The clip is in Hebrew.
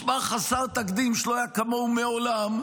מספר חסר תקדים שלא היה כמוהו מעולם.